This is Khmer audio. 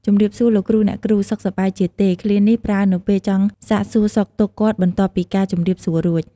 ជម្រាបសួរលោកគ្រូ អ្នកគ្រូ សុខសប្បាយជាទេ? ឃ្លានេះប្រើនៅពេលអ្នកចង់សាកសួរសុខទុក្ខគាត់បន្ទាប់ពីការជំរាបសួររួច។